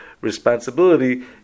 responsibility